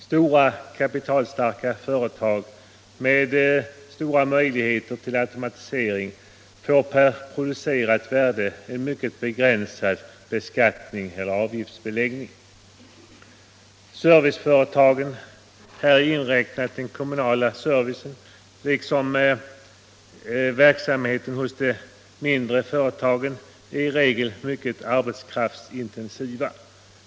Stora kapitalstarka företag med stora möjligheter till automatisering får per producerat värde en mycket begränsad beskattning eller avgiftsbeläggning. Serviceföretagen, häri inräknat den kommunala servicen, liksom verksamheten hos de mindre företagen är i regel mycket arbetskraftsintensiva.